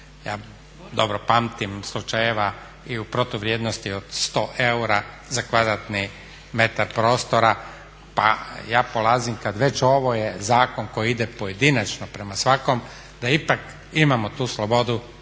ja dobro pamtim slučajeva i u protuvrijednosti od 100 eura za kvadratni metar prostora, pa ja polazim kad već ovo je zakon koji ide pojedinačno prema svakom, da ipak imamo tu slobodu